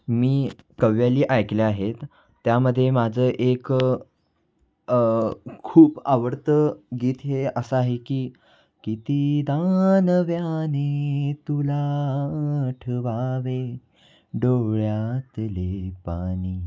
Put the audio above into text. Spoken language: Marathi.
मी कव्वाली ऐकल्या आहेत त्यामध्ये माझं एकं खूप आवडतं गीत हे असं आहे की कितीदा नव्याने तुला आठवावे डोळ्यातले पाणी